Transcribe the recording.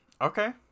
Okay